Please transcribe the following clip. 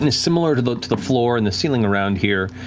and similar to the to the floor and the ceiling around here,